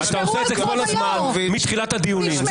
אתה עושה את זה כל הזמן, מתחילת הדיונים.